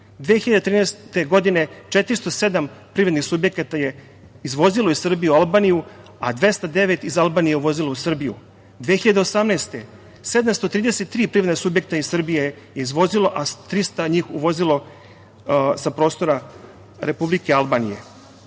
2013, 407 privrednih subjekata je izvozilo iz Srbije u Albaniju, a 209 iz Albanije uvozilo u Srbiju. Godine 2018, 733 privredna subjekta iz Srbije je izvozilo, a 300 njih uvozilo sa prostora Republike Albanije. Što